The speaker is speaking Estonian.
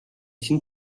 siin